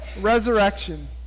resurrection